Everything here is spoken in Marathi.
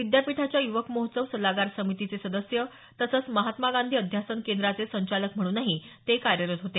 विद्यापीठाच्या युवक महोत्सव सल्लागार समितीचे सदस्य तसंच महात्मा गांधी अध्यासन केंद्राचे संचालक म्हणूनही ते कार्यरत होते